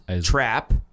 trap